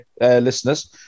listeners